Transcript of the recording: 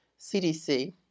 CDC